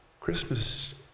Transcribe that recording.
Christmas